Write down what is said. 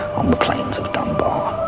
on the plains of dunbar.